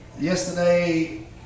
Yesterday